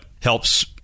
helps